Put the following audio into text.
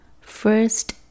First